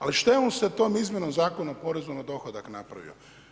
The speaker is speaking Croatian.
Ali što je on sa tom izmjenom Zakona poreza na dohodak napravio?